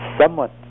somewhat